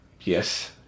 yes